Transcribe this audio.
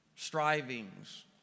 Strivings